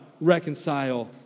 reconcile